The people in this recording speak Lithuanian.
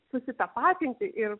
susitapatinti ir